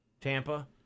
Tampa